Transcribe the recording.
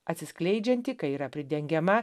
atsiskleidžianti kai yra pridengiama